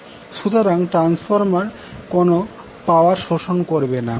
সুতরাং ট্রান্সফর্মার কোন পাওয়ার শোষণ করবে না